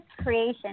creation